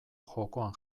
jokoan